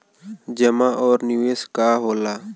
जमा और निवेश का होला?